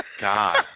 God